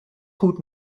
goed